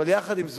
אבל יחד עם זאת,